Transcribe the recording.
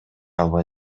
албай